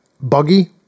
buggy